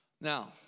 Now